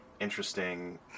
interesting